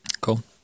cool